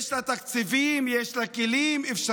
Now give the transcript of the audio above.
יש לה תקציבים, יש לה כלים ואפשרויות